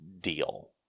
deal